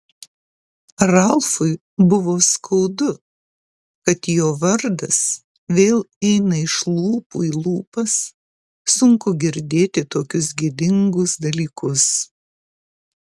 ralfui buvo skaudu kad jo vardas vėl eina iš lūpų į lūpas sunku girdėti tokius gėdingus dalykus